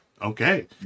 Okay